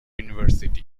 university